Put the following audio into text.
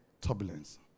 turbulence